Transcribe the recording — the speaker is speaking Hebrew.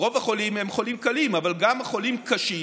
רוב החולים הם חולים קלים, אבל גם חולים קשים